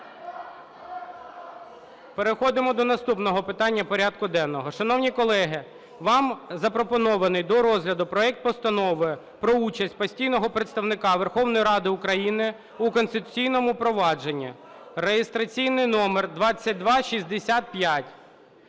Переходимо до наступного питання порядку денного. Шановні колеги, вам запропонований до розгляду проект Постанови про участь постійного представника Верховної Ради України у конституційному провадженні (реєстраційний номер 2265).